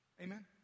Amen